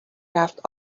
رفت